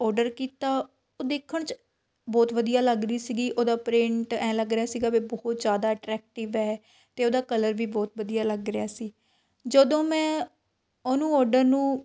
order ਕੀਤਾ ਤਾਂ ਉਹ ਦੇਖਣ 'ਚ ਉਹ ਬਹੁਤ ਵਧੀਆ ਲੱਗ ਰਹੀ ਸੀਗੀ ਉਹਦਾ ਪ੍ਰਿੰਟ ਐਂ ਲੱਗ ਰਿਹਾ ਸੀਗਾ ਵੀ ਬਹੁਤ ਜ਼ਿਆਦਾ ਅਟ੍ਰੈਕਟਿਵ ਹੈ ਅਤੇ ਉਹ ਦਾ ਕਲਰ ਵੀ ਬਹੁਤ ਵਧੀਆ ਲੱਗ ਰਿਹਾ ਸੀ ਜਦੋਂ ਮੈਂ ਉਹਨੂੰ ਔਡਰ ਨੂੰ